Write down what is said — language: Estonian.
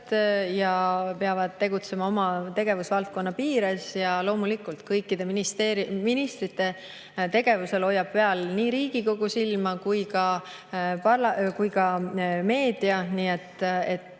ja peavad tegutsema oma tegevusvaldkonna piires. Loomulikult hoiab kõikide ministrite tegevusel silma peal nii Riigikogu kui ka meedia. Nii et